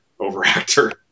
Overactor